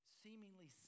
seemingly